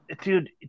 dude